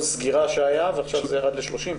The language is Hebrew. סגירה של 80 אחוזים ועכשיו זה ירד ל-31 אחוזים?